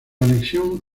anexión